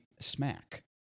smack